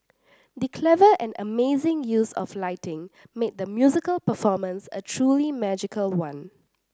the clever and amazing use of lighting made the musical performance a truly magical one